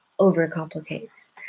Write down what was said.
overcomplicates